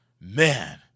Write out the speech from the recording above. Man